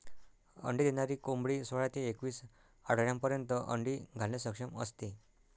अंडी देणारी कोंबडी सोळा ते एकवीस आठवड्यांपर्यंत अंडी घालण्यास सक्षम असते